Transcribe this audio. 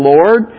Lord